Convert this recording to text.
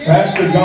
Pastor